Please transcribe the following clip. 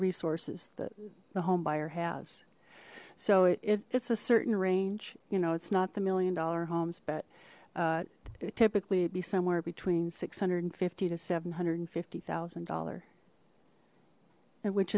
resources that the homebuyer has so it's a certain range you know it's not the million dollar homes but typically it'd be somewhere between six hundred and fifty to seven hundred and fifty thousand dollar which